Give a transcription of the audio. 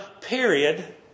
period